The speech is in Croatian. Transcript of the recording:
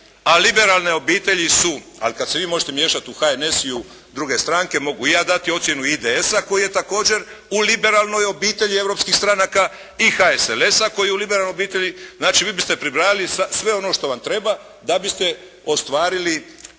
a liberalne obitelji su, ali kad se vi možete miješati u HNS i u druge stranke mogu i ja dati ocjenu IDS-a koji je također u liberalnoj obitelji europskih stranaka i HSLS-a koji je u liberalnoj obitelji. Znači vi biste pribrajali sve ono što vam treba da biste ostvarili